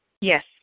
Yes